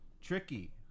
Tricky